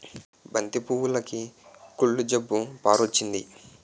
బంతి పువ్వులుకి కుళ్ళు జబ్బు పారొచ్చింది